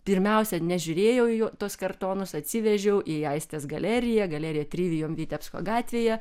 pirmiausia nežiūrėjau į tuos kartonus atsivežiau į aistės galeriją galerija trivium vitebsko gatvėje